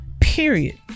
Period